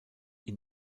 ihn